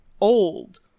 old